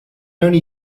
only